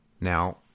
Now